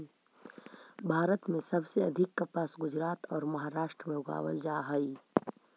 भारत में सबसे अधिक कपास गुजरात औउर महाराष्ट्र में उगावल जा हई